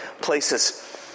places